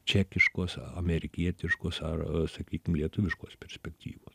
čekiškos amerikietiškos ar sakykim lietuviškos perspektyvos